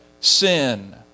sin